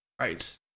Right